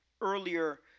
earlier